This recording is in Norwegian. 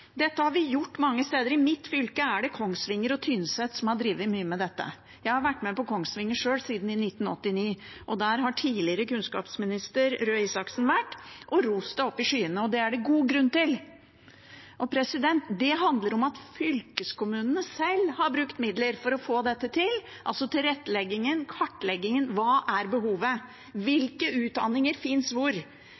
Dette har vi gjort mange steder. I mitt fylke er det Kongsvinger og Tynset som har drevet mye med dette. Jeg har vært med på Kongsvinger sjøl siden 1989. Der har tidligere kunnskapsminister Røe Isaksen vært og rost det opp i skyene, og det er det god grunn til. Det handler om at fylkeskommunene sjøl har brukt midler for å få dette til, altså tilretteleggingen, kartleggingen – hva er behovet,